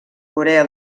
corea